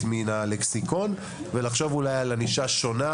מהלקסיקון ולחשוב אולי על ענישה שונה,